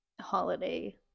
holiday